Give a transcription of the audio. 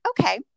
Okay